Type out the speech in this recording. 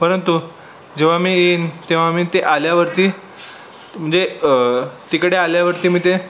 परंतु जेव्हा मी येईन तेव्हा मी ते आल्यावरती म्हणजे तिकडे आल्यावरती मी ते